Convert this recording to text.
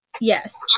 Yes